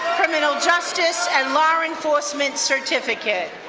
criminal justice and law enforcement certificate.